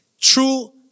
true